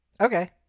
Okay